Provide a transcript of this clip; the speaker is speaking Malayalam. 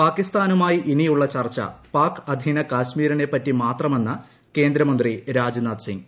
പാകിസ്ഥാനുമായി ഇനിയുള്ള ചർച്ച പാക് അധീന കാശ്മീരിനെപ്പറ്റി മാത്രമെന്ന് കേന്ദ്രമന്ത്രി രാജ്നാഥ് സിംഗ്